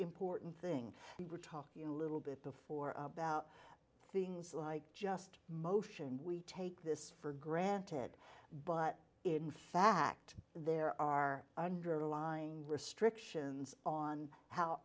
important thing we were talking a little bit before about things like just motion we take this for granted but in fact there are underlying restrictions on how